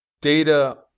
Data